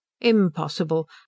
Impossible